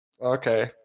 Okay